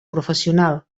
professional